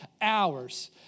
hours